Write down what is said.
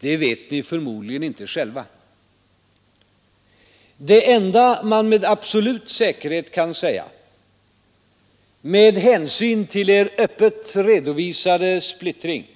Det vet ni förmodligen inte själva rliga partierna om de haft makten — fört för Det enda man med absolut säkerhet kan säga, med hänsyn till er öppet redovisade splittring,